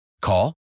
Call